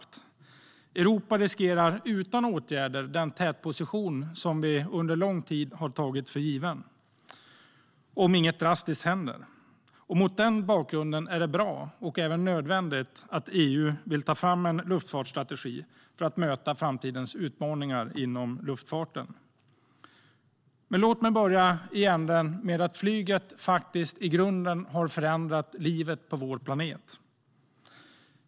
Utan åtgärder riskerar Europa att förlora den tätposition som vi under lång tid har tagit för given - om inget drastiskt händer. Mot denna bakgrund är det både bra och nödvändigt att EU vill ta fram en luftfartsstrategi för att möta framtidens utmaningar inom luftfarten. Flyget har förändrat livet på vår planet.